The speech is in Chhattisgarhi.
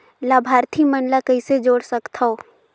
लाभार्थी मन ल कइसे जोड़ सकथव?